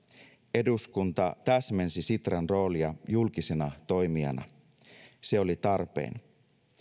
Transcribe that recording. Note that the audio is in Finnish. eduskunta täsmensi sitran roolia julkisena toimijana se oli tarpeen